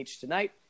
tonight